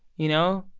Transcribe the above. you know?